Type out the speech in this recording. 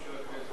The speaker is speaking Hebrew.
מאה אחוז.